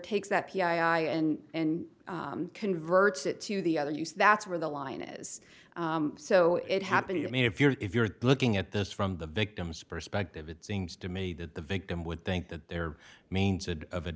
takes that p i and converts it to the other use that's where the line is so it happened i mean if you're if you're looking at this from the victim's perspective it seems to me that the victim would think that their main said of a